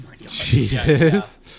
Jesus